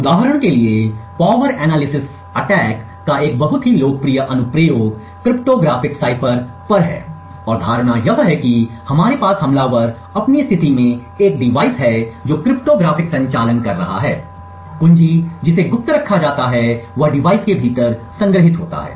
उदाहरण के लिए पावर एनालिसिस अटैक का एक बहुत ही लोकप्रिय अनुप्रयोग क्रिप्टोग्राफ़िक साइफर पर है और धारणा यह है कि हमारे पास हमलावर अपनी स्थिति में एक डिवाइस है जो क्रिप्टोग्राफ़िक संचालन कर रहा है कुंजी जिसे गुप्त रखा जाता है वह डिवाइस के भीतर संग्रहीत होता है